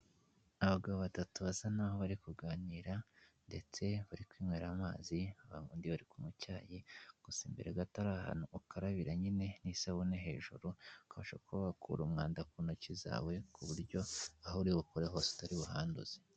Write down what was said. Abagabo batatu basa n'aho bari kuganira, ndetse bari ku inywera amazi; abandi bari kunywa icyayi. Gusa imbere gato hari ahantu ukarabira nyine n'isabune hejuru, ukabasha kuba wakura umwanda ku ntoki zawe, ku buryo aho uri bukore hose utaribuhanduze.